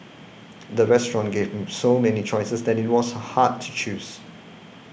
the restaurant gave so many choices that it was hard to choose